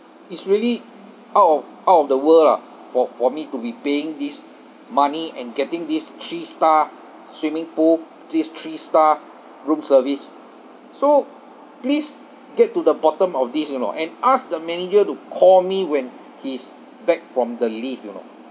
is really out of out of the world lah for for me to be paying this money and getting this three star swimming pool this three star room service so please get to the bottom of these you know and ask the manager to call me when he is back from the leave you know